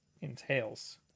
entails